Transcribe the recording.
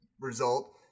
result